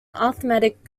arithmetic